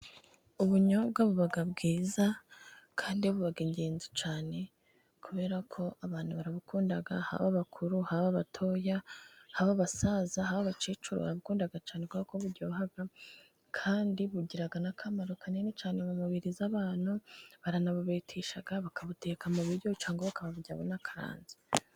Ubunyobwa buba bwiza, kandi buba ingenzi cyane kubera ko abantu barabukunda, haba abakuru, haba abatoya, haba abasaza, haba abakecuru barakunda cyane kuko buryoha, kandi bugira n'akamaro kanini cyane mu mubiri w'abantu. Baranabubetesha, bakabuteka mu biryo cyangwa bakaburya bukaranze.